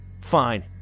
Fine